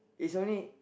is only